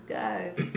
guys